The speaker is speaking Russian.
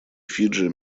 фиджи